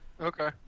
Okay